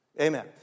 Amen